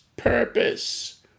Purpose